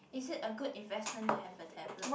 is it a good investment to have a tablet